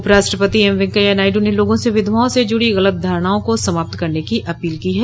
उप राष्ट्रपति एम वैंकैया नायडू ने लोगों से विधवाओं से जुड़ी गलत धारणाओं को समाप्त करने की अपील की है